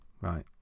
right